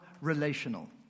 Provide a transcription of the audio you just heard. relational